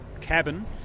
cabin